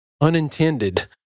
unintended